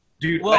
Dude